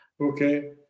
Okay